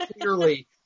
clearly